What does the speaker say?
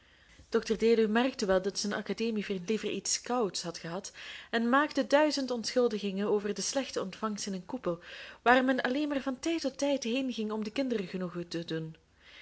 dr deluw merkte wel dat zijn academievriend liever iets kouds had gehad en maakte duizend ontschuldigingen over de slechte ontvangst in een koepel waar men alleen maar van tijd tot tijd heenging om de kinderen genoegen te doen